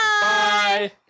Bye